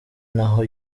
naho